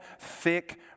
thick